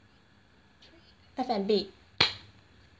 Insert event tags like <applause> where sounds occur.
F&B <noise>